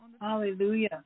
Hallelujah